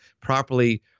properly